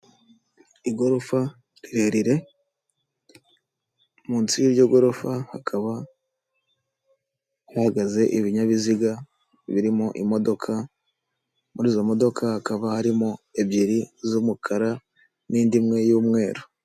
Igorofa rirerire munsi y'iryo gorofa hakaba hahagaze ibinyabiziga birimo imodoka. Muri izo modoka hakaba harimo ebyri z'umukara n'ndi imwe y'umweru.